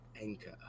anchor